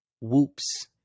whoops